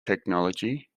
technology